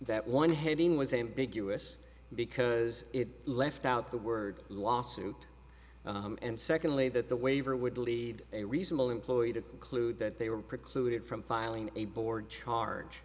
that one heading was a big us because it left out the word lawsuit and secondly that the waiver would lead a reasonable employee to include that they were precluded from filing a board charge